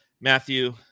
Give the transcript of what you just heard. Matthew